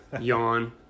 Yawn